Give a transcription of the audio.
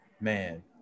Man